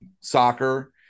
Soccer